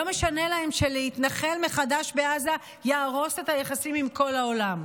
לא משנה להם שלהתנחל מחדש בעזה יהרוס את היחסים עם כל העולם,